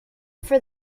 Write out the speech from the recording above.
for